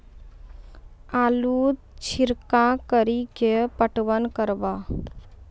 आलू छिरका कड़ी के पटवन करवा?